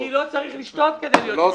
אני לא צריך לשתות כדי להיות בראש טוב.